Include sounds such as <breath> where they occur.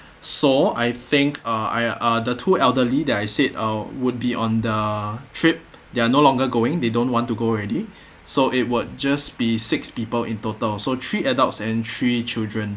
so I think uh I uh the two elderly that I said uh would be on the trip they are no longer going they don't want to go already <breath> so it would just be six people in total so three adults and three children